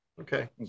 Okay